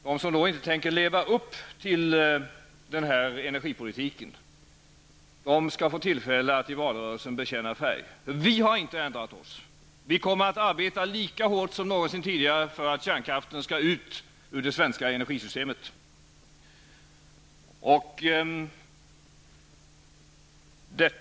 De som inte tänker leva upp till den energipolitiken skall få tillfälle att i valrörelsen bekänna färg. Vi har inte ändrat oss. Vi kommer att arbeta lika hårt som någonsin tidigare för att kärnkraften skall ut ur det svenska energisystemet.